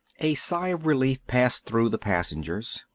a sigh of relief passed through the passengers.